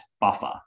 buffer